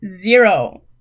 zero